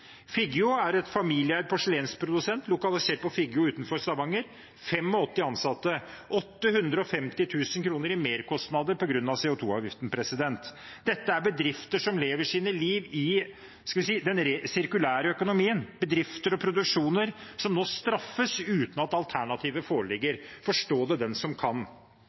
Figgjo er en familieeid porselensprodusent, lokalisert på Figgjo utenfor Stavanger: 85 ansatte, 850 000 kr i merkostnader på grunn av CO 2 -avgiften. Dette er bedrifter som lever sitt liv i den sirkulære økonomien, bedrifter og produksjoner som nå straffes uten at alternativet foreligger. Forstå det den som kan!